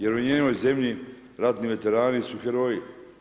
Jer u njenoj zemlji ratni veterani su heroji.